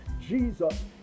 Jesus